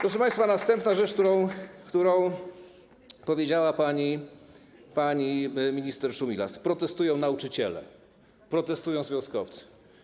Proszę państwa, następna rzecz, którą powiedziała pani minister Szumilas: protestują nauczyciele, protestują związkowcy.